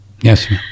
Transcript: Yes